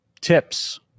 tips